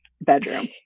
bedroom